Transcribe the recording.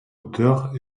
auteur